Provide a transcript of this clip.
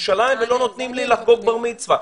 בירושלים ולא נותנים לי לחגוג בר מצווה.